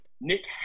Nick